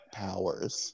powers